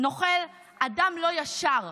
נוכל, אדם לא ישר,